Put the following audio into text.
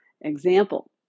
Example